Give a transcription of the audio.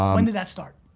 um when did that start?